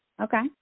Okay